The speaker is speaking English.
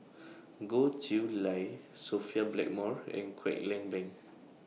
Goh Chiew Lye Sophia Blackmore and Kwek Leng Beng